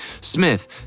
Smith